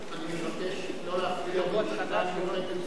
אני מבקש לא להפריע בישיבה מיוחדת זו.